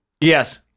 Yes